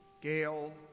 Gail